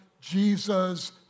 Jesus